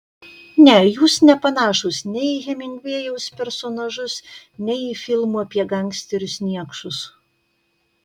ne jūs nepanašūs nei į hemingvėjaus personažus nei į filmų apie gangsterius niekšus